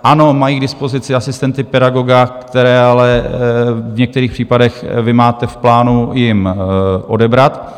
Ano, mají k dispozici asistenty pedagoga, které ale v některých případech vy máte v plánu jim odebrat.